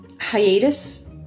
Hiatus